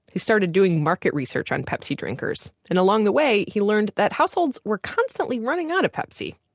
he started doing market research on pepsi drinkers, and along the way, he learned that households were constantly running out of pepsi.